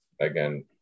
again